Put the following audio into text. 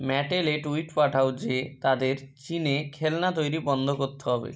ম্যাটেলে tweet পাঠাও যে তাদের চীনে খেলনা তৈরি বন্ধ করতে হবে